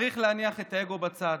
צריך להניח את האגו בצד.